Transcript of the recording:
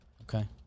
Okay